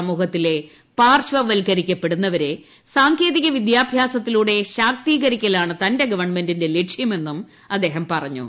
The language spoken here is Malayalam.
സമൂഹത്തിലെ പാർശ്വവൽക്കരിക്കപ്പെടുന്നവരെ സാങ്കേതിക വിദ്യാഭ്യാസത്തിലൂടെ ശാക്തീകരിക്കലാണ് തന്റെ ഗവൺമെന്റിന്റെ ലക്ഷ്യമെന്നും അദ്ദേഹം പറഞ്ഞു